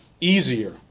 easier